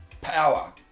power